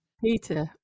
Peter